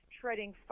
treading